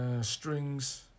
strings